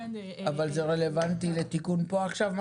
אבל זה רלוונטי לתיקון פה עכשיו?